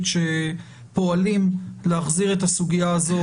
יש פסק דין של בית המשפט העליון,